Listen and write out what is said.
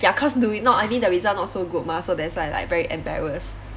ya cause do I mean the result not so good mah so that's why like very embarrass